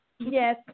Yes